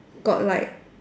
got like